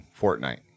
Fortnite